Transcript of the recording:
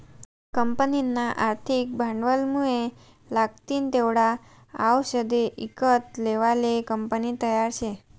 कंपनीना आर्थिक भांडवलमुये लागतीन तेवढा आवषदे ईकत लेवाले कंपनी तयार शे